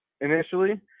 initially